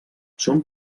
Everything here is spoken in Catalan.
són